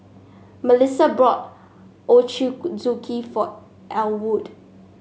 Mellissa brought for Elwood